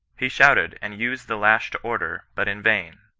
he shouted, and used the lash to order, but in vain,